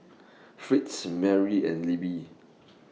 Fritz Merry and Libby